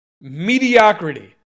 Mediocrity